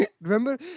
Remember